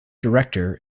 director